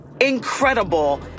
incredible